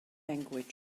language